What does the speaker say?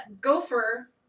Gopher